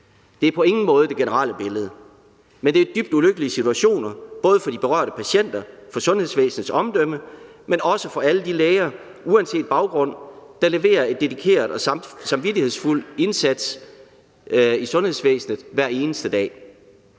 Det er på ingen måde det generelle billede, men det er dybt ulykkelige situationer både for de berørte patienter, for sundhedsvæsenets omdømme, men også for alle de læger, der uanset baggrund leverer en dedikeret og samvittighedsfuld indsats i sundhedsvæsenet hver eneste dag.